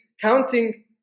counting